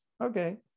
Okay